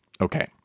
okay